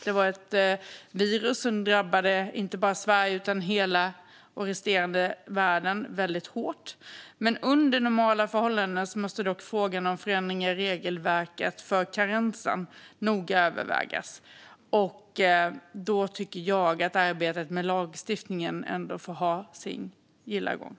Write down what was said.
Det var ett virus som inte bara drabbade Sverige utan hela världen väldigt hårt. Men under normala förhållanden måste dock frågan om förändringar i regelverket för karensen noga övervägas. Då tycker jag att arbetet med lagstiftningen ändå får ha sin gilla gång.